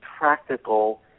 practical